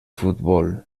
futbol